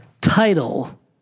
title